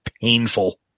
painful